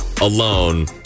alone